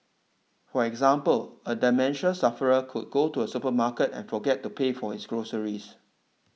for example a dementia sufferer could go to a supermarket and forget to pay for his groceries